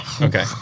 Okay